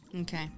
Okay